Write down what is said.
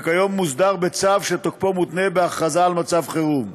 שכיום מוסדר בצו שתוקפו מותנה בהכרזה על מצב חירום.